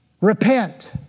repent